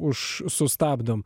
už sustabdom